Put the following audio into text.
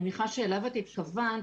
שאני מניחה שאליו התכוונת,